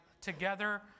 together